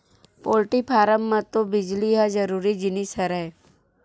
poultry farm म तो बिजली ह जरूरी जिनिस हरय